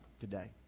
today